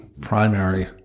primary